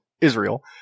Israel